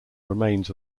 remains